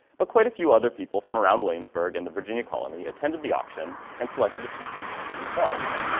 but quite a few other people from around williamsburg and the virginia colony attended the auction and selected a few pieces for themselves.